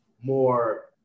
more